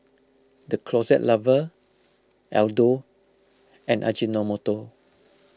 the Closet Lover Aldo and Ajinomoto